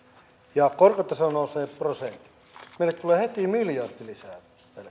ja korkotaso nousee prosentin niin meille tulee heti miljardi lisää velkaa